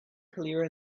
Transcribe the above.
clear